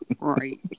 Right